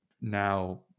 now